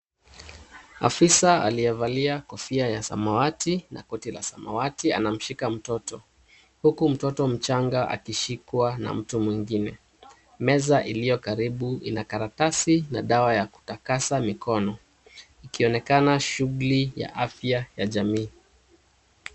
Afisa aliyevalia kofia ya samawati na koti la samawati anamshika mtoto huku mtoto mchanga akishikwa na mtu mwingine. Meza iliyo karibu ina karatasi na dawa ya kutakasa mikono ikionekana shughuli ya afya ya jamii.